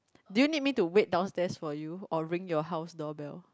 do you need me to wait downstairs for you or ring your house door bell